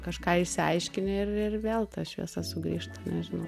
kažką išsiaiškini ir ir vėl ta šviesa sugrįžta nežinau